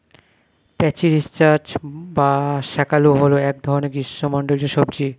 প্যাচিরিজাস বা শাঁকালু হল এক ধরনের গ্রীষ্মমণ্ডলীয় সবজি